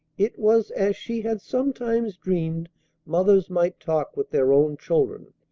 it was as she had sometimes dreamed mothers might talk with their own children.